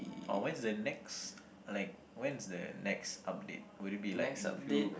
oh when the next like when's the next update will it be like in a few